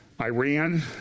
Iran